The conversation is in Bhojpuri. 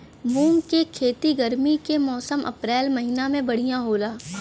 मुंग के खेती गर्मी के मौसम अप्रैल महीना में बढ़ियां होला?